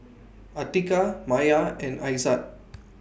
Atiqah Maya and Aizat